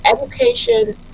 education